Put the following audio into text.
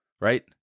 right